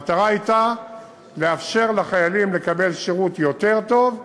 המטרה הייתה לאפשר לחיילים לקבל שירות יותר טוב,